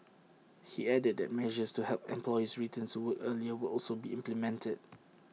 he added that measures to help employees returns to work earlier will also be implemented